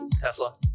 Tesla